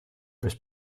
this